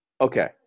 Okay